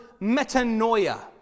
metanoia